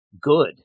good